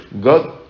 God